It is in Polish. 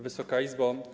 Wysoka Izbo!